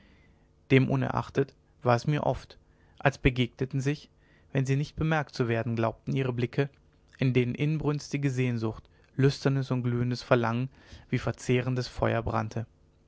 demunerachtet war es mir oft als begegneten sich wenn sie nicht bemerkt zu werden glaubten ihre blicke in denen inbrünstige sehnsucht lüsternes glühendes verlangen wie verzehrendes feuer brannte